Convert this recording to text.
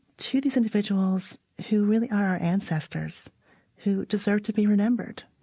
to these individuals who really are our ancestors who deserve to be remembered